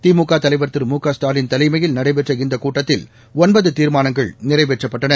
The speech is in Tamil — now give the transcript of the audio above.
திமுக தலைவர் திரு மு க ஸ்டாலின் தலைமையில் நடைபெற்ற இந்த கூட்டத்தில் ஒன்பது தீர்மானங்கள் நிறைவேற்றப்பட்டன